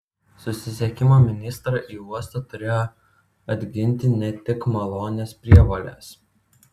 susisiekimo ministrą į uostą turėjo atginti ne tik malonios prievolės